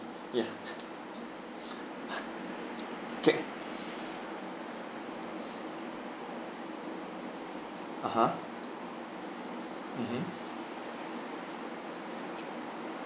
ya okay (uh huh) mmhmm